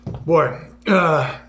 boy